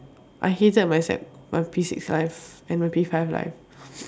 I hated my sec my P six life and my P five life